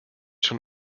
schon